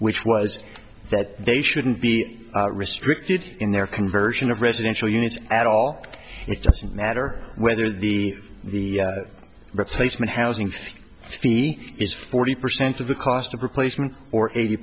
which was that they shouldn't be restricted in their conversion of residential units at all it doesn't matter whether the the replacement housing is forty percent of the cost of replacement or eighty